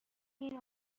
این